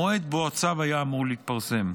המועד שבו הצו היה אמור להתפרסם.